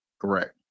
Correct